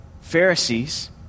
Pharisees